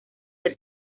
del